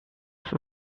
for